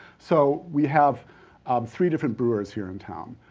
so, we have three different brewers here in town.